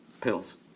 pills